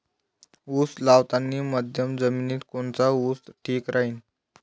उस लावतानी मध्यम जमिनीत कोनचा ऊस ठीक राहीन?